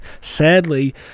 sadly